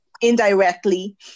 indirectly